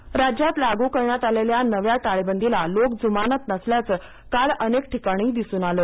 टाळेबंदी आढावा राज्यात लागू करण्यात आलेल्या नव्या टाळेबंदीला लोक जुमानत नसल्याचं काल अनेक ठिकाणी दिसून आलं